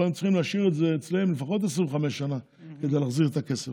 פה הם צריכים להשאיר את זה אצלם לפחות 25 שנה כדי להחזיר את הכסף.